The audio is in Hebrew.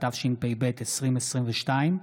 התשפ"ב 2022,